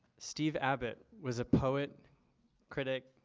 steve abbott was a poet critic.